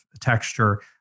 texture